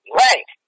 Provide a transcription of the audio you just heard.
right